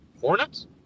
Hornets